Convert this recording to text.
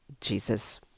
Jesus